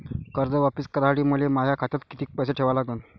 कर्ज वापिस करासाठी मले माया खात्यात कितीक पैसे ठेवा लागन?